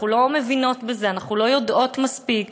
אנחנו לא מבינות בזה, אנחנו לא יודעות מספיק.